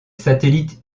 satellites